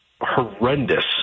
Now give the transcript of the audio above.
horrendous